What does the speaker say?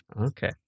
Okay